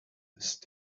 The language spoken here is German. ist